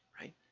right